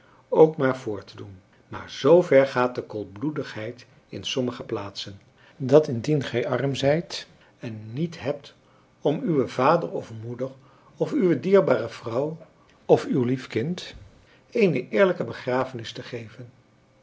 ook maar voor te doen maar z ver gaat de koelbloedigheid in sommige plaatsen dat indien gij arm zijt en niet hebt om uwen vader of uwe moeder of uwe dierbare vrouw of uw lief kind eene eerlijke begrafenis te geven